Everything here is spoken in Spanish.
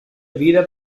vida